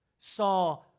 saw